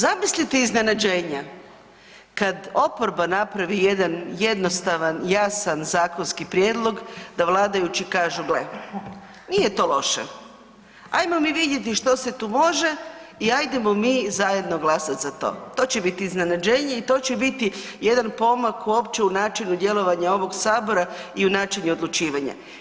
Zamislite iznenađenja kad oporba napravi jedan jednostavan, jasan zakonski prijedlog da vladajući kažu gle, nije to loše, ajmo mi vidjeti što se tu može i ajdemo mi zajedno glasati za to, to će biti iznenađenje i to će biti jedan pomak uopće u načinu djelovanja ovog Sabora i u načinu odlučivanja.